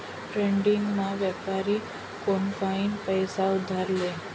डेट्रेडिंगमा व्यापारी कोनफाईन पैसा उधार ले